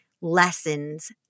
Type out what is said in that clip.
lessons